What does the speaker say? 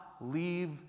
leave